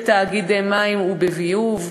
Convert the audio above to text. בתאגידי מים וביוב,